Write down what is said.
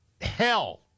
hell